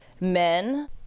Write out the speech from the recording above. men